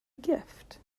gift